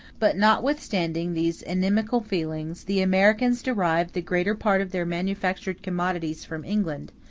but notwithstanding these inimical feelings, the americans derive the greater part of their manufactured commodities from england,